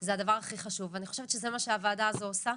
זה הדבר הכי חשוב ואני חושבת שזה מה שהוועדה הזו עושה,